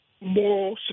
more